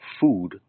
food